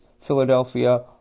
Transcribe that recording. Philadelphia